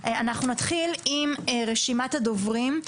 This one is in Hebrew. אנחנו נתחיל עם רשימת הדוברים.